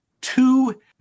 two